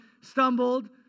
stumbled